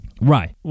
Right